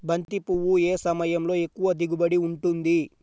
బంతి పువ్వు ఏ సమయంలో ఎక్కువ దిగుబడి ఉంటుంది?